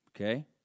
Okay